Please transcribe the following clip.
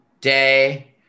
day